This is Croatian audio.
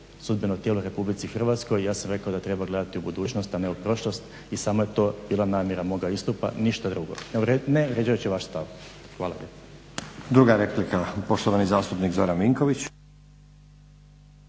sudbeno tijelo u Republici Hrvatskoj i ja sam rekao da treba gledati u budućnost, a ne u prošlost i samo je to bila namjera moga istupa, ništa drugo, ne vrijeđajući vaš stav. Hvala lijepo. **Stazić, Nenad (SDP)** Druga replika, poštovani zastupnik Zoran Vinković.